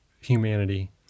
humanity